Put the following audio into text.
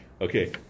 Okay